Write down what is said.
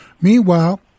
Meanwhile